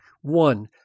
One